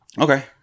Okay